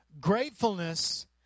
Gratefulness